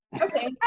Okay